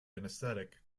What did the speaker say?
anaesthetic